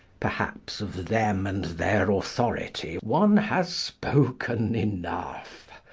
perhaps of them and their authority one has spoken enough.